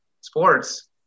Sports